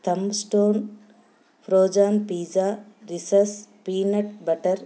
Tombstone frozen pizza Reese's peanut butter